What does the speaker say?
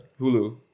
Hulu